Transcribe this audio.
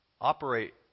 operate